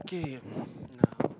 okay now